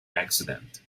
accident